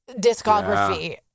discography